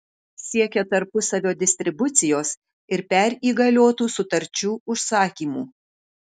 siekia tarpusavio distribucijos ir perįgaliotų sutarčių užsakymų